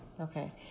Okay